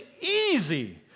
easy